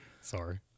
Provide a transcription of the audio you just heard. Sorry